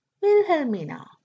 Wilhelmina